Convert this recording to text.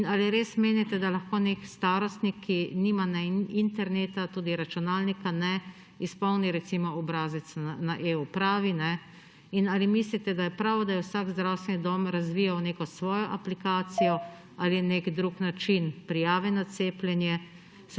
Ali res menite, da lahko nek starostnik, ki nima interneta, tudi računalnika ne, izpolni recimo obrazec na e-upravi? Ali mislite, da je prav, da je vsak zdravstveni dom razvijal neko svojo aplikacijo ali je nek drug način prijave na cepljenje,